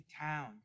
town